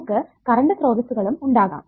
നമുക്ക് കറണ്ട് സ്രോതസ്സുകളും ഉണ്ടാകാം